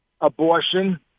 abortion